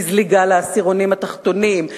מזליגה לעשירונים תחתונים,